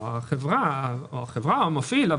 או החברה, המפעיל.